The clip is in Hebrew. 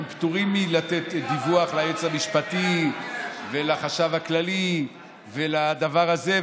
הם פטורים מלתת דיווח ליועץ המשפטי ולחשב הכללי ולדבר הזה.